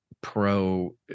pro